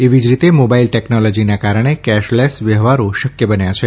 એવી જ રીતે મોબાઇલ ટેકનોલોજીના કારણે કેશલેસ વ્યવહારો શક્ય બન્યા છે